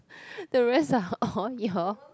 the rest are all your